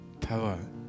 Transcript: power